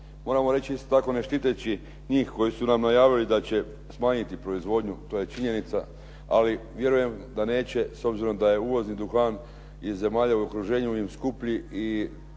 Moramo reći isto tako ne štiteći njih koji su nam najavili da će smanjiti proizvodnju to je činjenica, ali vjerujem da neće s obzirom da je uvozni duhan iz zemalja u okruženju im skuplji i